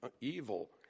evil